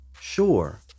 Sure